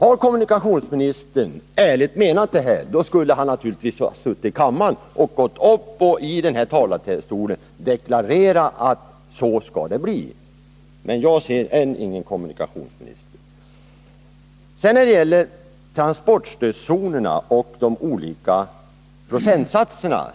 Om kommunikationsministern ärligt menade vad han då sade, skulle han naturligtvis nu har varit närvarande här i kammaren och gått upp i talarstolen och deklarerat hur det skall bli. Men jag ser ingen kommunikationsminister här. Sedan kan man naturligtvis dividera om transportstödszonerna och de olika procentsatserna.